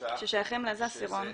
בממוצע --- ששייכים לאיזה עשירון?